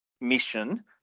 mission